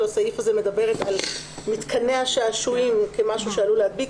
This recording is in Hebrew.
הסעיף הזה מדברת על מתקני השעשועים כמשהו שעלול להדביק,